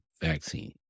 vaccine